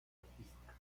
artista